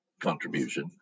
contribution